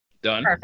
done